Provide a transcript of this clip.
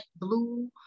blue